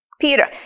Peter